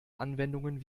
anwendungen